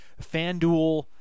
FanDuel